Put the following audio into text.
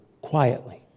quietly